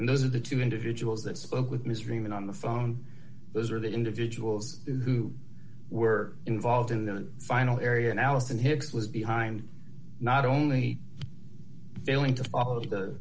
and those are the two individuals that spoke with ms reno on the phone those are the individuals who were involved in the final area and allison hicks was behind not only failing to follow the